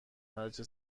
هرچه